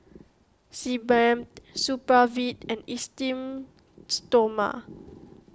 Sebamed Supravit and Esteem Stoma